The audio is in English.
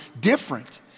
different